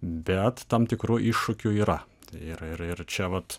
bet tam tikrų iššūkių yra ir ir ir čia vat